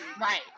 Right